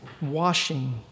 washing